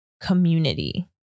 community